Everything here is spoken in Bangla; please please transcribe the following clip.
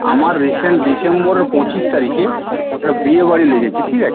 আমার রিসেন্ট ডিসেম্বর পঁচিশ তারিখে একটা বিয়ে বাড়ি লেগেছে ঠিক আছে